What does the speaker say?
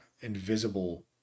invisible